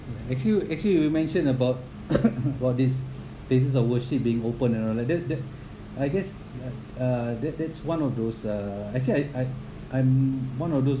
actually you actually you you mentioned about about these places of worship being open and all like that that I guess uh that that's one of those uh actually I I I'm one of those